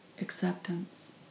acceptance